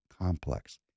complex